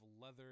leather